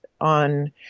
on